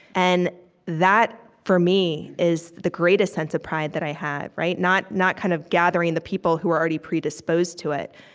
and that, for me, is the greatest sense of pride that i had not not kind of gathering the people who are already predisposed to it,